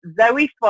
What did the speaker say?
Zoe